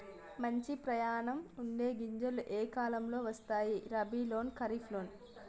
మంచి పరిమాణం ఉండే గింజలు ఏ కాలం లో వస్తాయి? రబీ లోనా? ఖరీఫ్ లోనా?